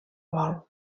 vol